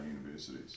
universities